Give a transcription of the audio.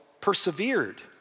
persevered